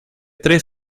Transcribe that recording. tres